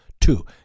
Two